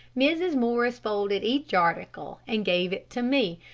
mrs. morris folded each article and gave it to me,